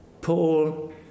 Paul